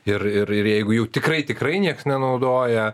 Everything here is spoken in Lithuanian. ir ir ir jeigu jų tikrai tikrai nieks nenaudoja